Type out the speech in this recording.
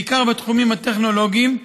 בעיקר בתחומים הטכנולוגיים,